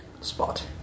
Spot